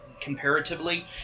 comparatively